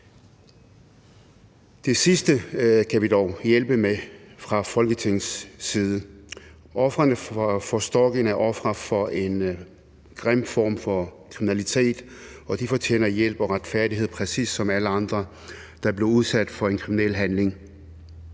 Det sidste kan vi dog hjælpe med fra Folketingets side. Ofre for stalking er ofre for en grim form for kriminalitet, og de fortjener hjælp og retfærdighed præcis som alle andre, der bliver udsat for en kriminel handling.